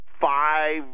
five